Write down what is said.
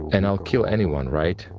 and i'll kill anyone, right?